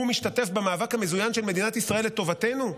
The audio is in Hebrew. הוא משתתף במאבק המזוין של מדינת ישראל לטובתנו.